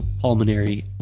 pulmonary